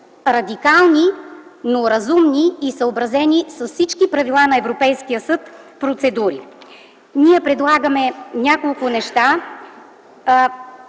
радикални, но разумни и съобразени с всички правила на Европейския съд процедури. Ние предлагаме няколко неща.